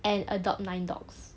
and adopt nine dogs